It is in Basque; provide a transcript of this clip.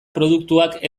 produktuak